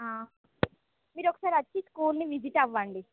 మీరు ఒకసారి వచ్చి స్కూలుని విజిట్ అవ్వండి